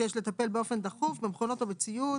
כשיש לטפל באופן דחוף במכונות או בציוד.